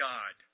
God